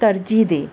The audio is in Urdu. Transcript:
ترجیح دے